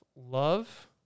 love